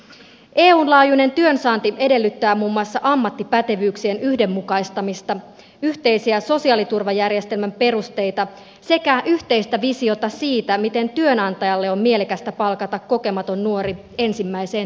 eun laajuinen työnsaanti edellyttää muun muassa ammattipätevyyksien yhdenmukaistamista yhteisiä sosiaaliturvajärjestelmän perusteita sekä yhteistä visiota siitä miten työnantajalle on mielekästä palkata kokematon nuori ensimmäiseen työpaikkaansa